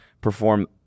perform